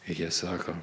jie sako